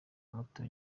muto